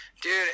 dude